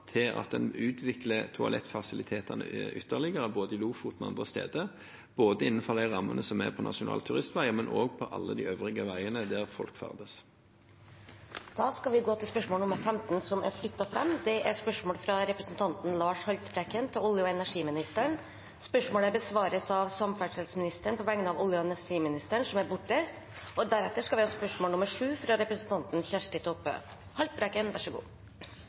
til at en utvikler toalettfasilitetene ytterligere både i Lofoten og andre steder, både innenfor rammene for Nasjonale turistveger og for alle de øvrige veiene der folk ferdes. Vi går til spørsmål nr. 15, som er flyttet fram. Dette spørsmålet, fra representanten Lars Haltbrekken til olje- og energiministeren, besvares av samferdselsministeren på vegne av olje- og energiministeren, som er bortreist. Spørsmålet til olje- og